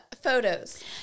Photos